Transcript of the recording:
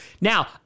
now